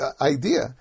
idea